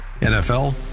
NFL